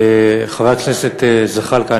חבר הכנסת זחאלקה,